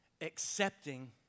accepting